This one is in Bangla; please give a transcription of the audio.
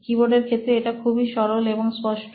কিবোর্ড এর ক্ষেত্রে এটা খুবই সরল এবং স্পষ্ট